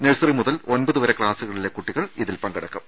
nursery മുതൽ ഒമ്പതുവരെ ക്സാസുകളിലെ കുട്ടികൾ ഇതിൽ പങ്കെടുക്കും